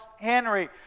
Henry